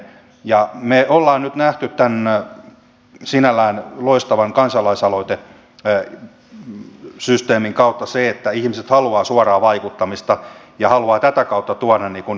ja me olemme nyt nähneet tämän sinänsä loistavan kansalaisaloitesysteemin kautta sen että ihmiset haluavat suoraa vaikuttamista ja haluavat tätä kautta osallistua tähän